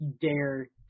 dare